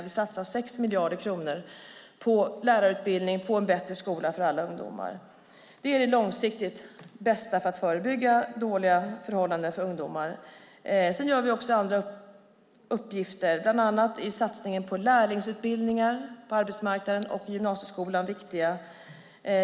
Vi satsar 6 miljarder kronor på lärarutbildning och en bättre skola för alla ungdomar. Det är det långsiktigt bästa för att förebygga dåliga förhållanden för ungdomar. Vi gör också andra satsningar. Bland annat är satsningarna på lärlingsutbildningarna, på arbetsmarknaden och gymnasieskolan viktiga.